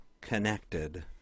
connected